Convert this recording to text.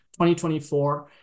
2024